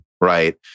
right